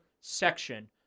section